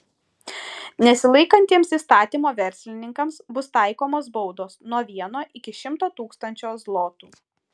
nesilaikantiems įstatymo verslininkams bus taikomos baudos nuo vieno iki šimto tūkstančio zlotų